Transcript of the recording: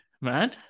man